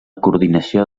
coordinació